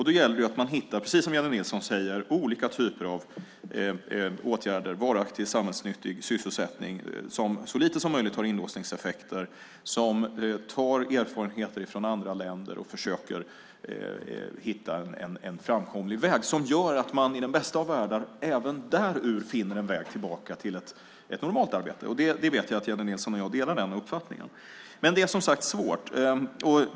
Då gäller det att man, precis som Jennie Nilsson säger, hittar olika typer av åtgärder, varaktig samhällsnyttig sysselsättning, som så lite som möjligt har inlåsningseffekter, som tar erfarenheter från andra länder och försöker hitta en framkomlig väg som gör att man i den bästa av världar även därur finner en väg tillbaka till ett normalt arbete. Jag vet att Jennie Nilsson och jag delar den uppfattningen. Men det är som sagt svårt.